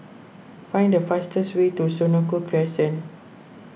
find the fastest way to Senoko Crescent